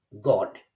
God